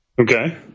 Okay